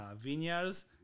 vineyards